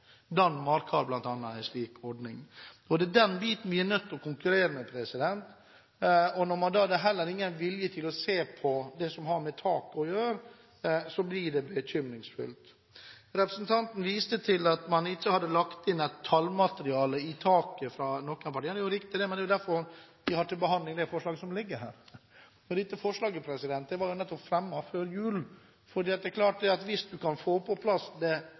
Danmark, bl.a., har en slik ordning. Det er den biten vi er nødt til å konkurrere med, og når det heller ikke er noen vilje til å se på det som har med tak å gjøre, blir det bekymringsfullt. Representanten viste til at ingen av partiene hadde lagt inn tallmateriale i taket. Det er riktig, og det er nettopp derfor vi har dette forslaget til behandling. Dette forslaget ble fremmet før jul, for det er klart at hvis man kan få på plass det viktigste og det beste, dvs. en ren nettolønnsordning, må man fremme forslag i tråd med det. Det er jo det